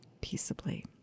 peaceably